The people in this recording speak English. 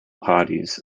parties